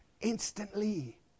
Instantly